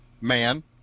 Man